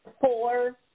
four